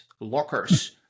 lockers